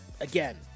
again